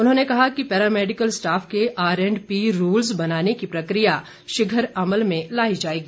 उन्होंने कहा कि पैरामैडिकल स्टॉफ के आर एण्ड पी रूल्स बनाने की प्रक्रिया शीघ्र अमल में लाई जाएगी